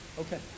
Okay